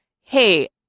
hey